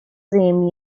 same